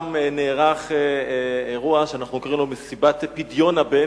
שם נערך אירוע שאנחנו קוראים לו מסיבת פדיון הבן,